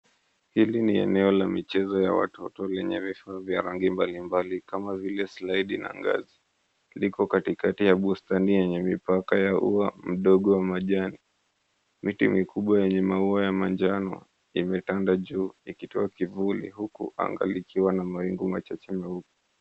Hili ni eneo la michezo ya watoto lenye vifaa vya rangi mbalimbali kama vile slide na ngazi liko katikati ya bustani yenye mipaka ya ua mdogo wa majani. Miti mikubwa yenye maua ya manjano imetanda juu ikitoa kivuli huku anga likiwa na mawingu machache meupe.